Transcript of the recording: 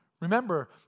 Remember